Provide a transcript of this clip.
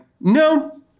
no